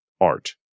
art